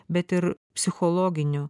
bet ir psichologinių